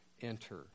enter